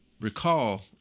recall